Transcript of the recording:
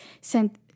sent